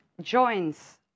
joins